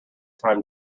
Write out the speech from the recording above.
time